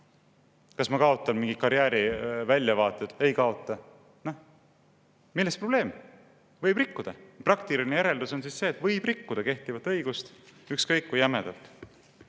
Kas ma kaotan mingid karjääriväljavaated? Ei kaota. Milles probleem? Võib rikkuda. Praktiline järeldus on see, et võib rikkuda kehtivat õigust ükskõik kui jämedalt. Ja